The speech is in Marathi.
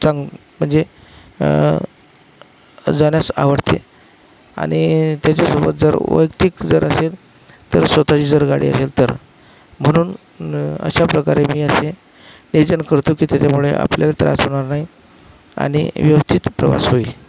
तर म्हणजे जाण्यास आवडते आणि त्याच्यासोबत जर वैयक्तिक जर असेल तर स्वतःची जर गाडी असेल तर म्हणून अशा प्रकारे मी असे नियोजन करतो की त्याच्यामुळे आपल्याला त्रास होणार नाही आणि व्यवस्थित प्रवास होईल